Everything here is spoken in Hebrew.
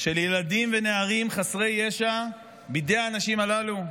של ילדים ונערים חסרי ישע בידי האנשים הללו?